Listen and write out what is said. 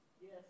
Yes